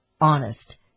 honest